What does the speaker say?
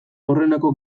aurreneko